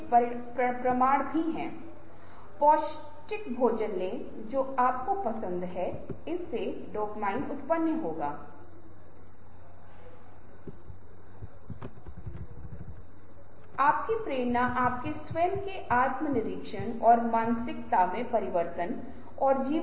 कार्य की आवश्यकता के आधार पर सॉफ़्टवेयर तुरन्त टिप्पणियों को संकलित करता है ग्रंथों के कुल वोट औसत रैंक या समाधानों को संक्षिप्त करता है